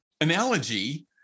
analogy